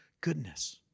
Goodness